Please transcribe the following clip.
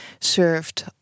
served